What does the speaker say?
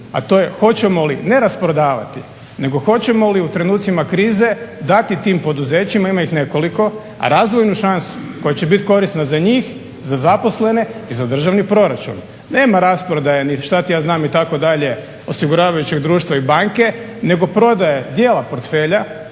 a to je hoćemo li ne rasprodavati nego hoćemo li u trenucima krize dati tim poduzećima, ima ih nekoliko, razvojnu šansu koja će biti korisna za njih, za zaposlene i za državni proračun. Nema rasprodaje niti što ti ja znam itd. osiguravajućeg društva i banke nego prodaje dijela portfelja